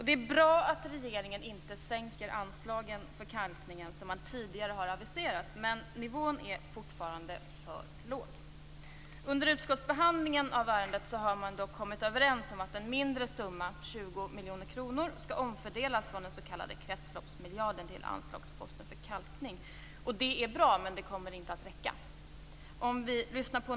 Det är bra att regeringen inte minskar anslagen för kalkningen, som man tidigare aviserat. Nivån är fortfarande för låg. Under utskottsbehandlingen av ärendet har man kommit överens om att en mindre summa, 20 miljoner kronor, skall omfördelas från den s.k. kretsloppsmiljarden till anslagsposten för kalkning. Detta är bra, men det kommer inte att räcka.